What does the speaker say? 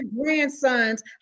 grandsons